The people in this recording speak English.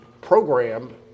program